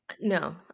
No